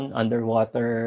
underwater